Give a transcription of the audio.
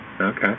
okay